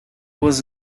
was